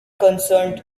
concerned